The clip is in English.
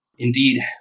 Indeed